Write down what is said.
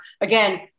again